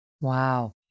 Wow